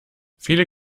viele